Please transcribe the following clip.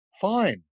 fine